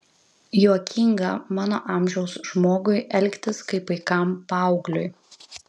juokinga mano amžiaus žmogui elgtis kaip paikam paaugliui